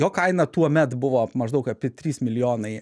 jo kaina tuomet buvo maždaug apie trys milijonai